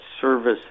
service